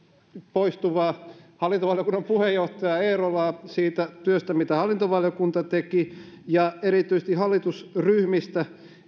poistuvaa hallintovaliokunnan puheenjohtaja eerolaa siitä työstä mitä hallintovaliokunta teki erityisesti hallitusryhmistä